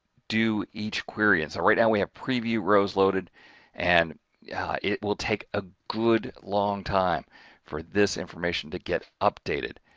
do each query. and so right now and we have preview rows loaded and yeah it will take a good long time for this information to get updated.